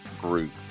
Group